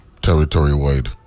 territory-wide